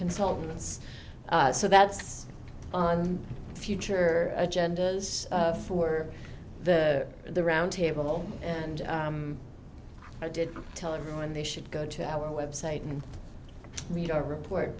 consultants so that's on future agendas for the the round table and i did tell everyone they should go to our website and read our report